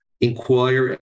inquire